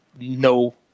no